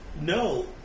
No